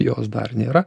jos dar nėra